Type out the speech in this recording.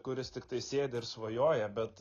kuris tiktai sėdi ir svajoja bet